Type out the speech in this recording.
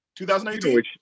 2018